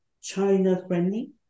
China-friendly